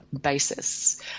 basis